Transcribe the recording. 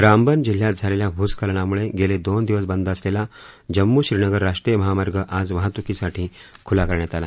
रामबन जिल्ह्यात झालेल्या भूस्खलनामुळे गेले दोन दिवस बंद असलेला जम्मू श्रीनगर राष्ट्रीय महामार्ग आज वाहतुकीसाठी खुला करण्यात आला